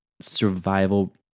survival